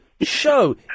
show